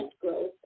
growth